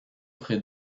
près